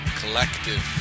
collective